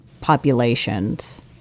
populations